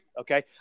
okay